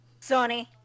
Sony